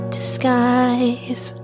disguise